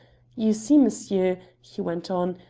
you see, monsieur, he went on,